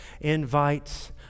invites